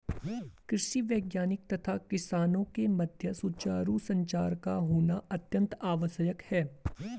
कृषि वैज्ञानिक तथा किसानों के मध्य सुचारू संचार का होना अत्यंत आवश्यक है